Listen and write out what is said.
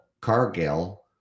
Cargill